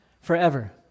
forever